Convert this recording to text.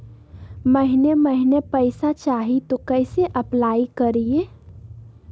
महीने महीने पैसा चाही, तो कैसे अप्लाई करिए?